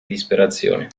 disperazione